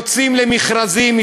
יוצאים למכרזים,